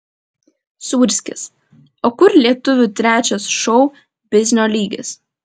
sūrskis o kur lietuvių trečias šou biznio lygis